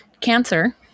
Cancer